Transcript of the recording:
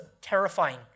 terrifying